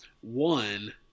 One